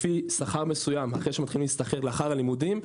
לפי שכר מסוים אחרי שמתחילים להשתכר לאחר הלימודים.